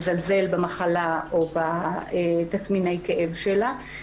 מזלזל במחלה או בתסמיני הכאב שלה.